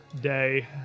day